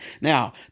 Now